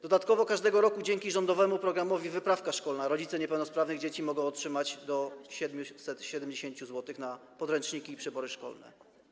Dodatkowo każdego roku dzięki rządowemu programowi „Wyprawka szkolna” rodzice niepełnosprawnych dzieci mogą otrzymać do 770 zł na podręczniki i przybory szkolne.